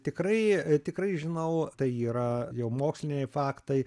tikrai tikrai žinau tai yra jau moksliniai faktai